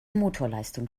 motorleistung